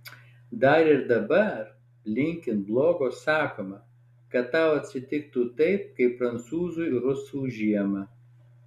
dar ir dabar linkint blogo sakoma kad tau atsitiktų taip kaip prancūzui rusų žiemą